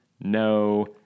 no